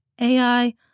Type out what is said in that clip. AI